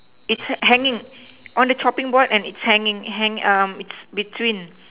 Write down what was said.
it's hanging on the chopping board and it's hanging hang it's between